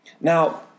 Now